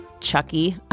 Chucky